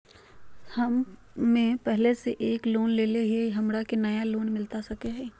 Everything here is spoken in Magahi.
हमे पहले से एक लोन लेले हियई, हमरा के नया लोन मिलता सकले हई?